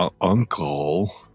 uncle